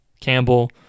Campbell